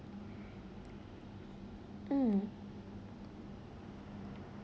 mm